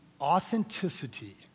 authenticity